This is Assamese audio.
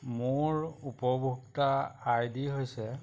মোৰ উপভোক্তা আই ডি হৈছে